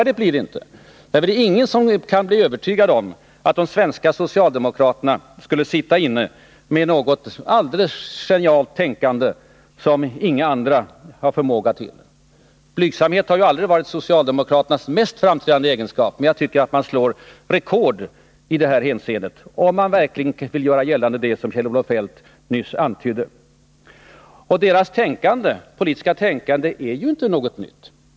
De kan inte övertyga någon om att de svenska socialdemokraternas tänkande skulle vara så mycket genialare än alla andras. Blygsamhet har aldrig varit socialdemokraternas mest framträdande egenskap, men jag tycker att man slår rekord i det hänseendet om man verkligen vill göra gällande vad Kjell-Olof Feldt nyss antydde. Socialdemokraternas politiska tänkande nu innebär inte något nytt.